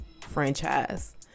franchise